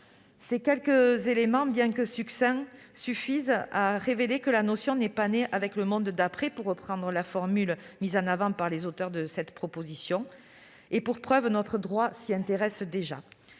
Ces quelques éléments, bien que succincts, suffisent à révéler que la notion n'est pas née avec le « monde d'après », pour reprendre la formule mise en avant par les auteurs de cette proposition de loi. Et pour preuve, notre droit s'y intéresse déjà.